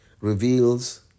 reveals